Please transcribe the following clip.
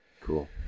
Cool